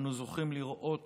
אנו זוכים לראות